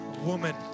woman